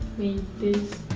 made this